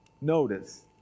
notice